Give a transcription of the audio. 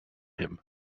him